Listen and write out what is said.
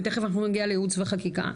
ותיכף אני אגיע לייעוץ וחקיקה,